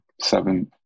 seven